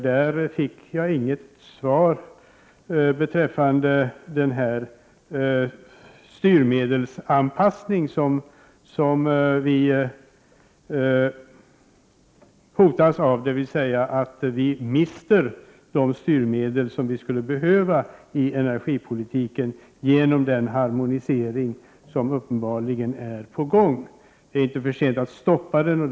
Jag fick här inget svar på min fråga om den styrmedelsanpassning som vi hotas av, dvs. att vi genom den harmonisering som uppenbarligen är på gång förlorar de styrmedel som vi skulle behöva i energipolitiken. Det är ännu inte för sent att stoppa denna harmonisering.